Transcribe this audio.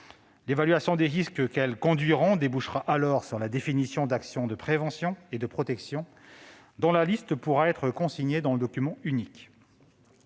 L'évaluation des risques qu'elles conduiront débouchera alors sur la définition d'actions de prévention et de protection, dont la liste pourra être consignée dans le document unique.